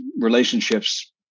relationships